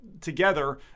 together